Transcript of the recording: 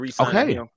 Okay